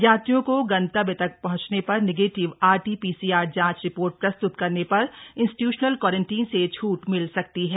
यात्रियों को गंतव्य तक पहुंचने पर नेगेटिव आरटी पीसीआर जांच रिपोर्ट प्रस्त्रत करने पर इंस्टीट्यूशनल क्वारंटीन से छूट मिल सकती है